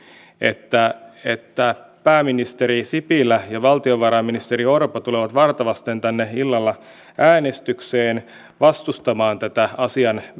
että että pääministeri sipilä ja valtiovarainministeri orpo tulevat varta vasten tänne illalla äänestykseen vastustamaan tätä asian